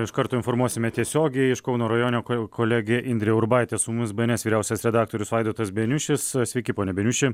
iš karto informuosime tiesiogiai iš kauno rajonio ko kolegė indrė urbaitė su mumis bns vyriausias redaktorius vaidotas beniušis sveiki pone beniuši